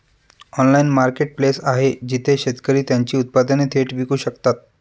Online marketplace आहे जिथे शेतकरी त्यांची उत्पादने थेट विकू शकतात?